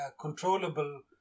controllable